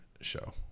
Show